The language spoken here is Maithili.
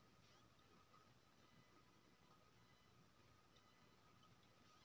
टमाटर में फल निकलला के बाद सिंचाई के केना विधी आर तकनीक अपनाऊ?